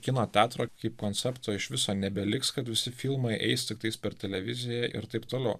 kino teatro kaip koncepto iš viso nebeliks kad visi filmai eis tiktais per televiziją ir taip toliau